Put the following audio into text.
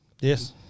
Yes